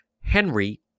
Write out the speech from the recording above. Henry